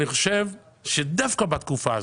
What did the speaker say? אני חושב שדווקא בתקופה הזו,